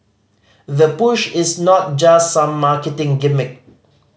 the push is not just some marketing gimmick